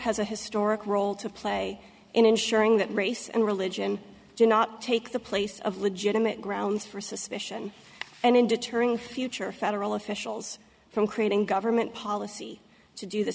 has a historic role to play in ensuring that race and religion do not take the place of legitimate grounds for suspicion and in deterring future federal officials from creating government policy to do the